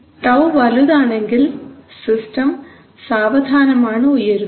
τ വലുതാണെങ്കിൽ സിസ്റ്റം സാവധാനമാണ് ഉയരുന്നത്